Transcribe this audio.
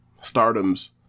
stardom's